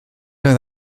oedd